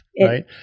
right